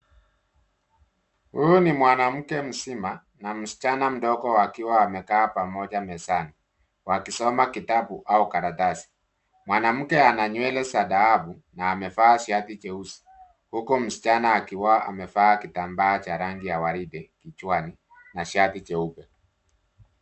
Huyu ni mwanamke mzima na msichana mdogo wakiwa wamekaa pamoja mezani wakisoma kitabu au karatasi. Mwanamke ananywele za dhahabu na amevaa shati jeusi huku msichana akiwa amevaa kitambaa cha rangi ya waridi kichwani na shati jeupe.